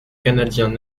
canadiens